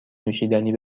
نوشیدنی